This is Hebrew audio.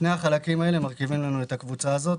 שני החלקים האלה מרכיבים את הקבוצה הזאת,